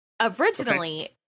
Originally